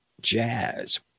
jazz